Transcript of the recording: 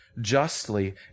justly